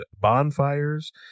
bonfires